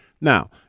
Now